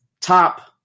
top